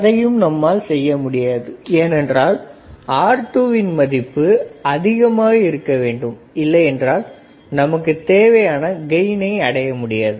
அதையும் நம்மால் செய்ய முடியாது ஏனென்றால் R2 வின் மதிப்பு அதிகமாக இருக்க வேண்டும் இல்லை என்றால் நமக்குத் தேவையான கெயினை அடைய முடியாது